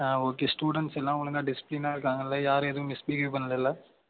ஆ okay students எல்லாம் ஒழுங்கா டிசிப்பிலினாக இருக்காங்கள்லே யாரும் எதுவும் மிஸ்பிஹேவ் பண்ணலல்ல